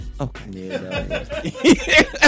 Okay